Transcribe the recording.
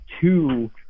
two